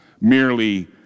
merely